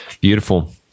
Beautiful